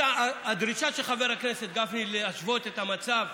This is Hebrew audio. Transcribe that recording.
הדרישה של חבר הכנסת גפני להשוות את המצב,